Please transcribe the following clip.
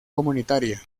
comunitaria